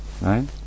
right